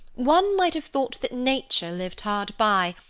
one might have thought that nature lived hard by,